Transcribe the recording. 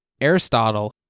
Aristotle